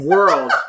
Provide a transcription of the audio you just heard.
World